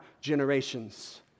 generations